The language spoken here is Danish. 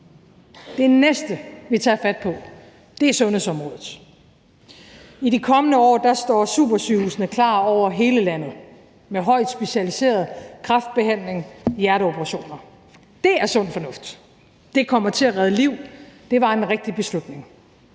Det næste, vi tager fat på, er sundhedsområdet. I de kommende år står supersygehusene klar over hele landet med højt specialiseret kræftbehandling og hjerteoperationer. Det er sund fornuft, det kommer til at redde liv; det var en rigtig beslutning.